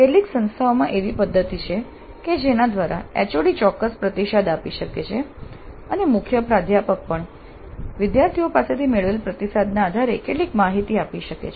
કેટલીક સંસ્થાઓમાં એવી પદ્ધતિ છે કે જેના દ્વારા HOD ચોક્કસ પ્રતિસાદ આપી શકે છે અને મુખ્ય પ્રાધ્યાપક પણ વિદ્યાર્થીઓ પાસેથી મેળવેલ પ્રતિસાદના આધારે કેટલીક માહિતી આપી શકે છે